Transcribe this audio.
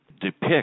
depict